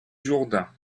jourdain